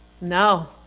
No